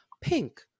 Pink